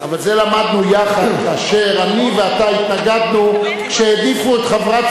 את זה למדנו יחד כאשר אני ואתה התנגדנו שיעדיפו את חברת